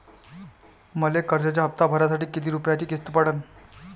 मले कर्जाचा हप्ता भरासाठी किती रूपयाची किस्त पडन?